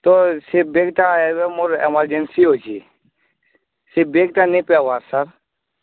ତ ସେ ବେଗ୍ଟା ଏବେ ମୋର୍ ଏମର୍ଜେନ୍ସି ଅଛେ ସେ ବେଗ୍ଟା ନାଇଁ ପାଏବାର୍ ସାର୍